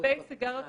לגבי סיגריות